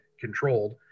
controlled